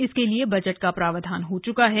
इसके लिए बजट का प्रावधान हो च्का है